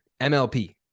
MLP